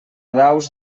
daus